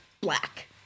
black